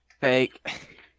Fake